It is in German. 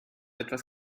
etwas